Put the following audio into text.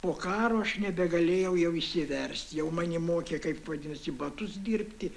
po karo aš nebegalėjau jau išsiverst jau mane mokė kaip vadinasi batus dirbti